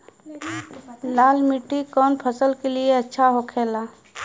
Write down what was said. लाल मिट्टी कौन फसल के लिए अच्छा होखे ला?